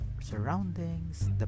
surroundings